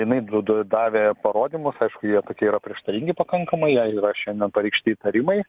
jinai du du davė parodymus aišku jie tokie yra prieštaringi pakankamai jai yra šiandien pareikšti įtarimai